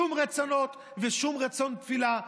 שום רצונות ושום רצון תפילה.